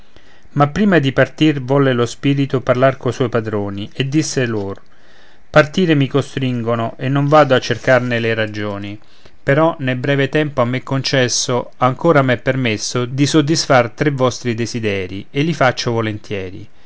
ma prima di partir volle lo spirito parlar co suoi padroni e disse lor partire mi costringono e non vado a cercarne le ragioni però nel breve tempo a me concesso ancora m'è permesso di soddisfar tre vostri desideri e il faccio volentieri